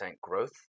growth